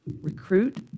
recruit